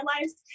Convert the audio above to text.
lives